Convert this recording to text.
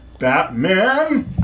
Batman